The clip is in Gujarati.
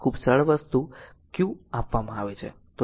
ખૂબ સરળ વસ્તુ q આપવામાં આવી છે